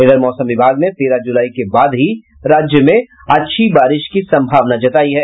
इधर मौसम विभाग ने तेरह जुलाई के बाद ही राज्य में बारिश की संभावना जतायी है